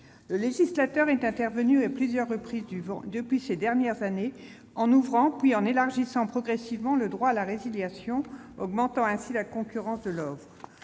Le législateur est intervenu à plusieurs reprises ces dernières années en ouvrant, puis en élargissant progressivement le droit à la résiliation, augmentant ainsi la concurrence de l'offre.